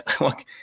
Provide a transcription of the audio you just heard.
look